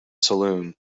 saloon